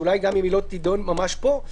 שאולי גם אם היא לא תידון ממש פה,